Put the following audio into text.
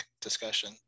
discussion